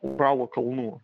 uralo kalnų